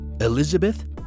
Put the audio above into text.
Elizabeth